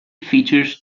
features